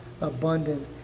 abundant